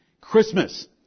Christmas